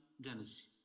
Dennis